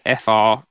FR